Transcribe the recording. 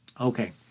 Okay